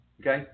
Okay